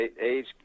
age